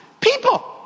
people